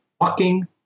walking